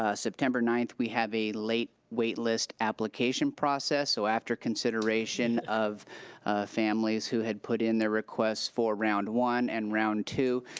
ah september ninth we have a late wait list application process. so after consideration of families who had put in their requests for round one and round two,